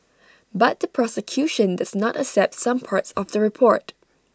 but the prosecution does not accept some parts of the report